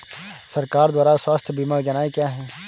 सरकार द्वारा स्वास्थ्य बीमा योजनाएं क्या हैं?